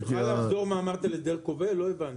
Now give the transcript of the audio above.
את יכולה לחזור מה אמרת על הסדר כובל לא הבנתי?